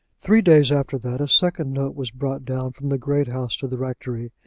three days after that a second note was brought down from the great house to the rectory,